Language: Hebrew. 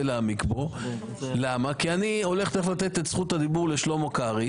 להעמיק בו כי אני הולך תכף לתת את זכות הדיבור לשלמה קרעי